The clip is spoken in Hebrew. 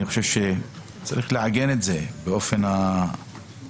אני חושב שצריך לעגן את זה באופן ברור.